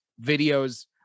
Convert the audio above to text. videos